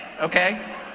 okay